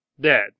dead